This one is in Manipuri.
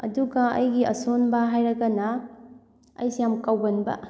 ꯑꯗꯨꯒ ꯑꯩꯒꯤ ꯑꯁꯣꯟꯕ ꯍꯥꯏꯔꯒꯅ ꯑꯩꯁꯦ ꯌꯥꯝ ꯀꯥꯎꯒꯟꯕ